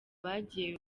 bagiye